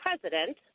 president